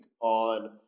on